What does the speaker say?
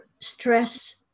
stress